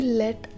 let